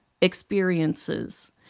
experiences